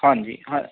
ਹਾਂਜੀ ਹਾਂ